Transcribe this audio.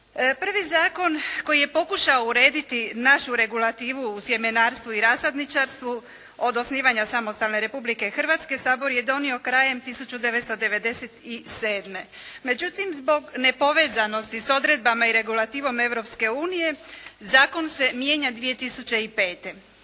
Prvi zakon koji je pokušao urediti našu regulativu u sjemenarstvu i rasadničarstvu od osnivanja samostalne Republike Hrvatske Sabor je donio krajem 1997. Međutim, zbog nepovezanosti sa odredbama i regulativom Europske unije zakon se mijenja 2005.